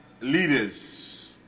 leaders